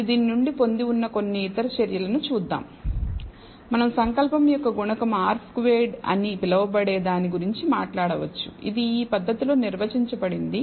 మీరు దీని నుండి పొంది కొన్ని ఇతర చర్యలను చూద్దాం మనం సంకల్పం యొక్క గుణకం r స్క్వేర్డ్ అని పిలువబడే దాని గురించి మాట్లాడవచ్చు ఇది ఈ పద్ధతిలో నిర్వచించబడింది